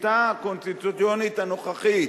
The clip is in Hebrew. בשיטה הקונסטיטוציונית הנוכחית,